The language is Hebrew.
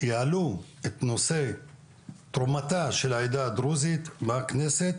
יעלו את נושא תרומתה של העדה הדרוזית בכנסת.